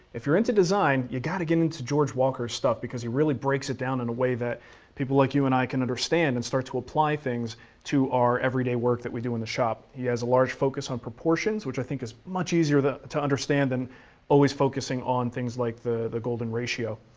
if you're into design, you gotta get into george walker's stuff because he really breaks it down in a way that people like you and i can understand and start to apply things to our every day work that we do in the shop. he has a large focus on proportions which i think is much easier to understand than always focusing on things like the the golden ratio.